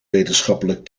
wetenschappelijk